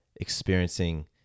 experiencing